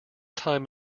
time